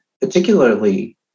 particularly